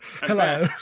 hello